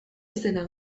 izena